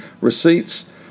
receipts